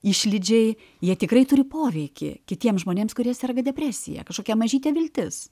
išlydžiai jie tikrai turi poveikį kitiems žmonėms kurie serga depresija kažkokia mažytė viltis